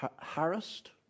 harassed